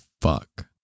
fuck